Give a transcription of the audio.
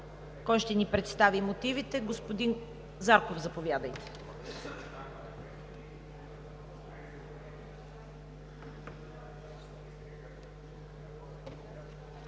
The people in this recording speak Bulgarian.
Кой ще ни представи мотивите? Господин Зарков, заповядайте.